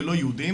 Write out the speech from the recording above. כלא יהודיים,